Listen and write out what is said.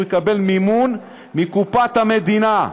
והוא יקבל מימון מקופת המדינה.